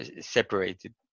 separated